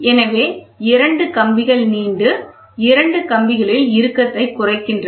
எனவே இரண்டு கம்பிகள் நீண்டு மற்ற இரண்டு கம்பிகளில் இறுக்கத்தை குறைக்கின்றன